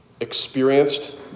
experienced